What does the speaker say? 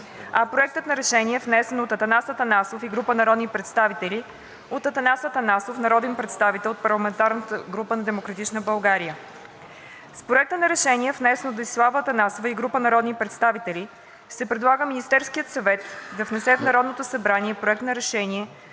а Проектът на решение, внесен от Атанас Атанасов и група народни представители – от Атанас Атанасов, народен представител от парламентарната група на „Демократична България“. С Проекта на решение, внесен от Десислава Атанасова и група народни представители, се предлага Министерският съвет да внесе в Народното събрание Проект на решение